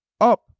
up